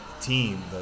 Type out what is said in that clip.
team